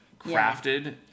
crafted